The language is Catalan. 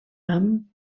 amb